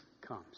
comes